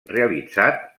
realitzat